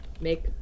make